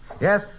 Yes